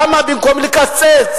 למה במקום לקצץ?